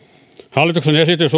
hallituksen esitys